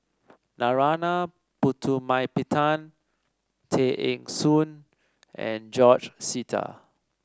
Narana Putumaippittan Tay Eng Soon and George Sita